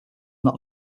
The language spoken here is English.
not